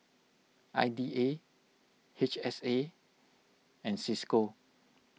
I D A H S A and Cisco